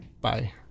Bye